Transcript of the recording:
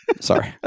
Sorry